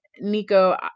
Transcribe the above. Nico